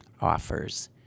offers